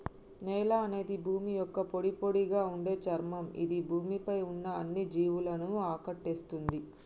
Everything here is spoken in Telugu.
నేల అనేది భూమి యొక్క పొడిపొడిగా ఉండే చర్మం ఇది భూమి పై ఉన్న అన్ని జీవులను ఆకటేస్తుంది